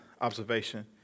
observation